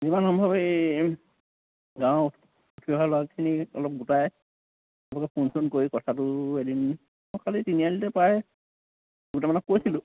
সিমান সম্ভৱ এই গাঁৱৰ উঠি অহা ল'ৰাখিনী অলপ গোটাই লগতে ফোন চোন কৰি কথাটো এদিন মই কালি তিনিআলিতে পায় দুটা মানক কৈছিলোঁ